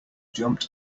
jumped